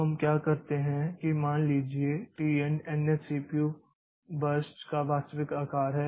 तो हम क्या करते हैं कि मान लीजिए t n nth CPU burst का वास्तविक आकार है